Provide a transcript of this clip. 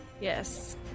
Yes